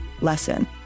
lesson